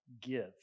give